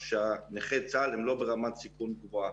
כשאומרים שארגון נכי צה"ל מתעלל בנכי צה"ל,